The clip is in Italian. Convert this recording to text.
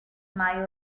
mai